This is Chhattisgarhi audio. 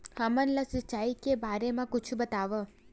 हमन ला सिंचाई के बारे मा कुछु बतावव?